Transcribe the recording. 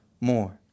more